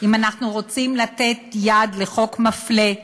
אם אנחנו רוצים לתת יד לחוק מפלה,